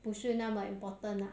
不是那么 important ah